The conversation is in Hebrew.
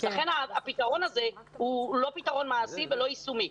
לכן הפתרון הזה הוא לא פתרון מעשי ולא ישים.